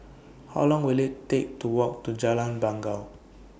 How Long Will IT Take to Walk to Jalan Bangau